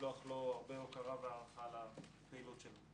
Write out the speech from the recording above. לשלוח לו הרבה הוקרה והערכה לפעילות שלו.